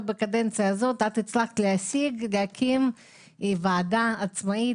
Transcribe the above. בקדנציה הזאת את הצלחת להשיג הקמת ועדה עצמאית,